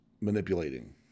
manipulating